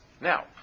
now